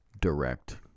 direct